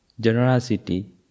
generosity